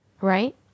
right